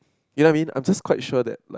ya I mean I'm just quite sure that like